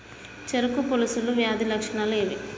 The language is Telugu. చెరుకు పొలుసు వ్యాధి లక్షణాలు ఏవి?